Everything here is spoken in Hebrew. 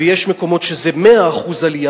ויש מקומות שזה 100% עלייה.